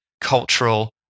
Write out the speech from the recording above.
cultural